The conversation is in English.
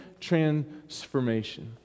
transformation